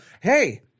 hey